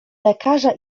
lekarza